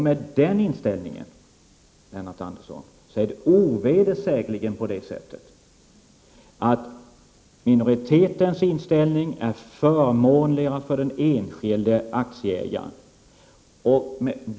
Med den inställningen, Lennart Andersson, är det ovedersägligen på det sättet att minoritetens ståndpunkt är förmånligare för den enskilde aktieägaren.